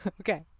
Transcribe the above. okay